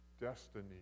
destiny